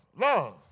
Love